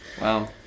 Wow